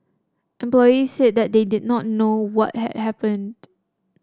employees said that they did not know what had happened